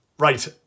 Right